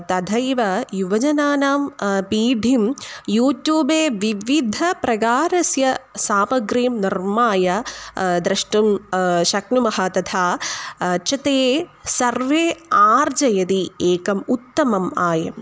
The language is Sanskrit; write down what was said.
तथैव युवजनानां पीडा यूट्यूबे विविधप्रकारस्य सामग्रीं निर्माय द्रष्टुं शक्नुमः तथा च ते सर्वे आर्जयन्ते एकम् उत्तमः आयः